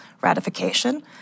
ratification